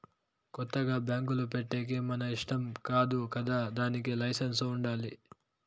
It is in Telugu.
కొత్తగా బ్యాంకులు పెట్టేకి మన ఇష్టం కాదు కదా దానికి లైసెన్స్ ఉండాలి